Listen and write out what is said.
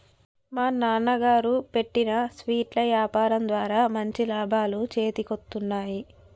మా నాన్నగారు పెట్టిన స్వీట్ల యాపారం ద్వారా మంచి లాభాలు చేతికొత్తన్నయ్